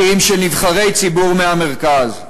כי אם של נבחרי ציבור מהמרכז.